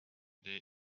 there